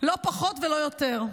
לא פחות ולא יותר,